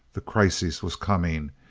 the crisis was coming.